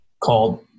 called